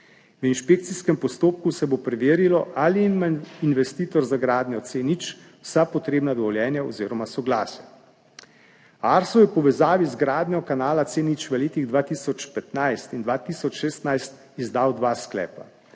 V inšpekcijskem postopku se bo preverilo, ali ima investitor za gradnjo C0 vsa potrebna dovoljenja oziroma soglasja. ARSO je v povezavi z gradnjo kanala C0 v letih 2015 in 2016 izdal dva sklepa,